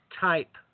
type